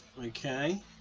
Okay